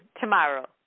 tomorrow